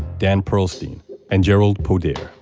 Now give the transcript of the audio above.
dan perlstein and jerald podair